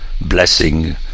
blessing